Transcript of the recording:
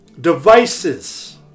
devices